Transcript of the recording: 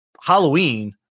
Halloween